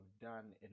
done